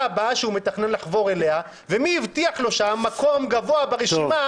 הבאה שהוא מתכנן לחבור אליה ומי הבטיח לו שם מקום גבוה ברשימה